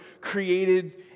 created